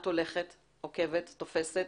את הולכת, עוקבת, תופסת